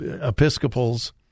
Episcopals